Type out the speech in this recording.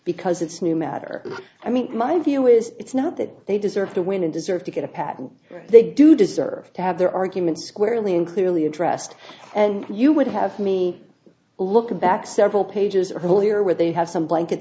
because it's new matter i mean my view is it's not that they deserve to win and deserve to get a patent they do deserve to have their arguments squarely and clearly addressed and you would have me looking back several pages or whole year where they have some blanket